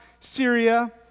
Syria